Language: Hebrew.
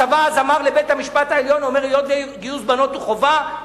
הצבא אז אמר לבית-המשפט העליון: היות שגיוס בנות הוא חובה,